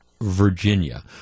Virginia